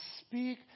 speak